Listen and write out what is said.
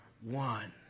one